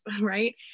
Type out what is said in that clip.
right